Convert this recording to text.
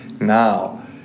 Now